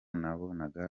nabonaga